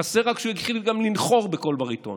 חסר רק שהוא יתחיל גם לנחור בקול בריטון